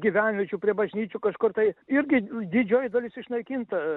gyvenviečių prie bažnyčių kažkur tai irgi didžioji dalis išnaikinta